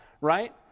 Right